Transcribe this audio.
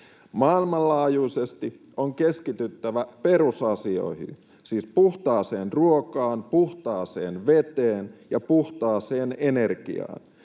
Maailmanlaajuisesti on keskityttävä perusasioihin, siis puhtaaseen ruokaan, puhtaaseen veteen ja puhtaaseen energiaan.